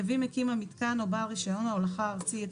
יביא מקים המיתקן או בעל רישיון ההולכה הארצי את